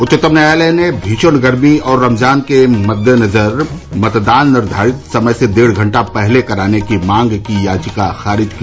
उच्चतम न्यायालय ने भीषण गर्मी और रमजान के मद्देनजर मतदान निर्धारित समय से डेढ़ घंटा पहले कराने की मांग की याचिका खारिज की